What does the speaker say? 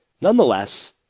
Nonetheless